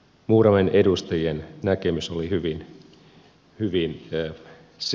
muuramen edustajien näkemys oli hyvin selkeä